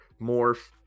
morph